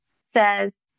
says